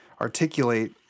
articulate